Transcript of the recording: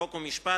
חוק ומשפט,